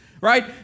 Right